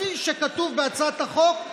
כפי שכתוב בהצעת החוק,